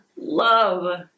love